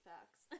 Facts